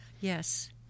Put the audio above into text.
Yes